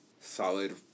solid